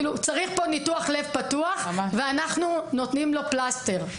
צריך פה ניתוח לב פתוח, ואנחנו נותנים לו פלסטר.